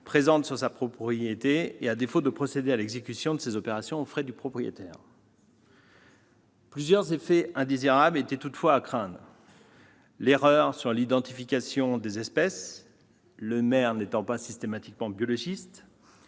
présentes sur sa propriété et, à défaut, de procéder à l'exécution de ces opérations aux frais du propriétaire. Plusieurs effets indésirables étaient toutefois à craindre : l'erreur sur l'identification des espèces, le maire n'étant pas systématiquement un biologiste